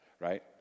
right